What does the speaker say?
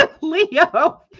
Leo